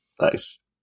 Nice